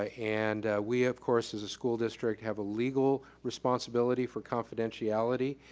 ah and we of course as a school district have a legal responsibility for confidentiality.